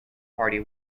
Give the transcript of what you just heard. party